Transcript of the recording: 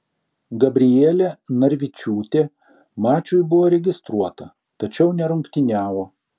gabrielė narvičiūtė mačui buvo registruota tačiau nerungtyniavo